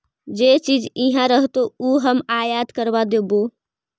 जे चीज इहाँ रहतो ऊ हम आयात करबा देबो